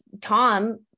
Tom